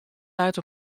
leit